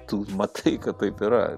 tu matai kad taip yra